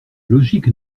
logique